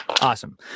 Awesome